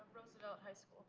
roosevelt high school.